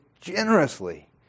generously